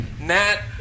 Nat